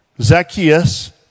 Zacchaeus